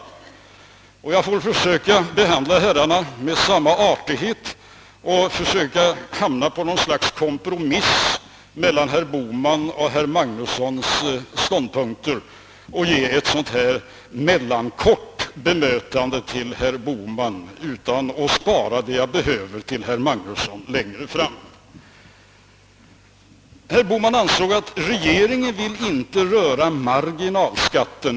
Jag får försöka behandla herrarna med samma artighet och åstadkomma något slags kompromiss mellan herr Bohmans och herr Magnussons ståndpunkter genom att ägna herr Bohman ett mellankort bemötande och spara det jag behöver för herr Magnusson till längre fram. od Herr Bohman ansåg att regeringen inte vill röra marginalskatten.